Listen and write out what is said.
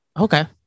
Okay